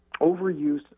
overuse